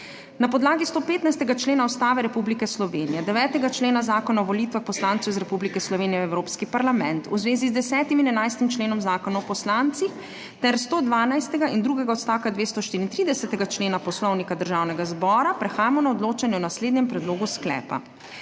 Na podlagi 115. člena Ustave Republike Slovenije, 9. člena Zakona o volitvah poslancev iz Republike Slovenije v Evropski parlament v zvezi z 10. in 11. členom Zakona o poslancih ter 112. in drugega odstavka 234. člena Poslovnika Državnega zbora prehajamo na odločanje o naslednjem predlogu sklepa: